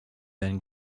then